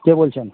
কে বলছেন